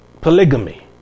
Polygamy